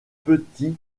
petit